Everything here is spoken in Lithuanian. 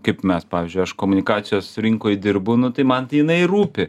kaip mes pavyzdžiui aš komunikacijos rinkoj dirbu nu tai man tai jinai rūpi